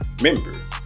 member